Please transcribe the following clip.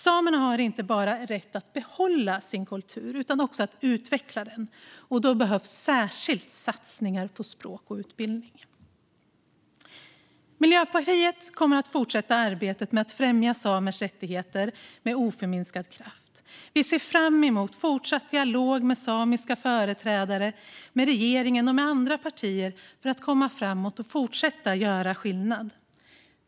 Samerna har inte bara rätt att behålla sin kultur utan också rätt att utveckla den. Då behövs särskilt satsningar på språk och utbildning. Miljöpartiet kommer med oförminskad kraft att fortsätta arbetet med att främja samers rättigheter. Vi ser fram emot fortsatt dialog med samiska företrädare, med regeringen och med andra partier för att komma framåt och fortsätta göra skillnad.